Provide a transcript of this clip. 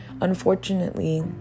unfortunately